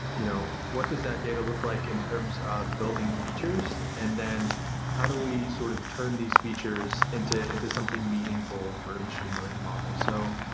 you know what does that data look like in terms of building features and then how do we sort of turn these features into into something meaningful for a machine learning model? so,